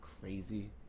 crazy